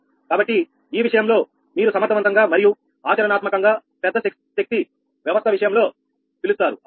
కాబట్టి ఈ విషయంలో మీరు సమర్థవంతంగా మరియు ఆచరణాత్మకంగా పెద్ద శక్తి వ్యవస్థ విషయంలో పిలుస్తారు అవునా